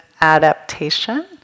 adaptation